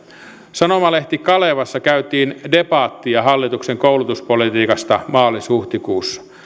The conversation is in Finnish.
sanomalehti kalevassa käytiin debattia hallituksen koulutuspolitiikasta maalis huhtikuussa